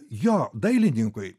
jo dailininkui